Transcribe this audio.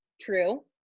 True